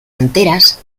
anteras